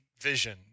vision